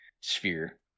sphere